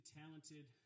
talented